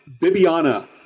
Bibiana